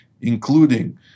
including